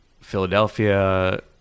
Philadelphia